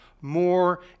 more